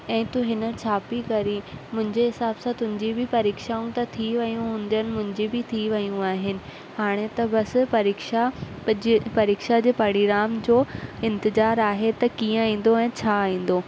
ऐं तू हिन छा पई करी मुंहिंजे हिसाब सां तुंहिंजी बि परीक्षाऊं त थी वियूं हूंदियूं मुंहिंजी बि थी वियूं आहिनि हाणे त बसि परीक्षा पजे परीक्षा जे परिणाम जो इंतिजार आहे त कीअं ईंदो ऐं छा ईंदो